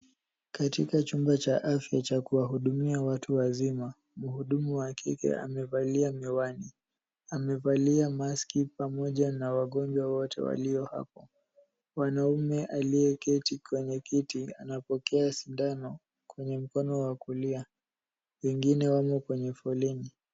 Katika chumba cha afya cha kuwahudumia watu wazima, mhudumu wa kike amevalia miwani. Amevalia maski pamoja na wagonjwa wote walio hapo. Mwanamume aliyeketi kwenye kiti anapokea sindano kwenye mkono wa kulia. Wengine wamo kwenye foleni.